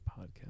podcast